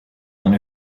one